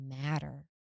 matter